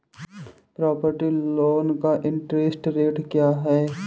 Property loan का interest rate क्या है?